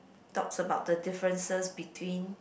talks about the differences between